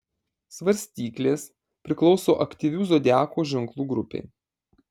svarstyklės priklauso aktyvių zodiako ženklų grupei